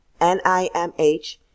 NIMH